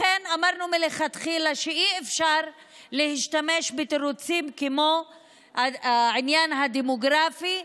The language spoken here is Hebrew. לכן אמרנו מלכתחילה שאי-אפשר להשתמש בתירוצים כמו העניין הדמוגרפי,